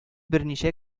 берничә